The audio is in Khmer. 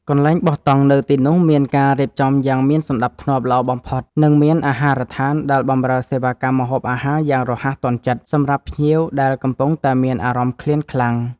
កន្លែងបោះតង់នៅទីនោះមានការរៀបចំយ៉ាងមានសណ្ដាប់ធ្នាប់ល្អបំផុត និង មានអាហារដ្ឋានដែលបម្រើសេវាកម្មម្ហូបអាហារយ៉ាងរហ័សទាន់ចិត្តសម្រាប់ភ្ញៀវដែលកំពុងតែមានអារម្មណ៍ឃ្លានខ្លាំង។